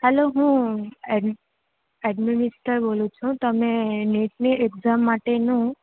hello હું ad administer બોલું છું તમે નીટની એકઝામ માટેનું